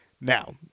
Now